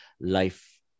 life